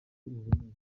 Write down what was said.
buboneye